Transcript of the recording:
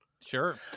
Sure